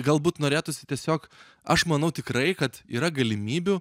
galbūt norėtųsi tiesiog aš manau tikrai kad yra galimybių